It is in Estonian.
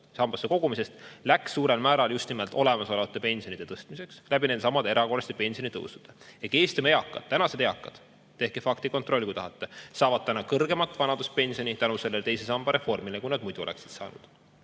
sambasse kogumisest, läks suurel määral just nimelt olemasolevate pensionide tõstmiseks nendesamade erakorraliste pensionitõusude kaudu. Eestimaa tänased eakad – tehke faktikontroll, kui tahate – saavad kõrgemat vanaduspensioni tänu sellele teise samba reformile, kui nad muidu oleksid saanud.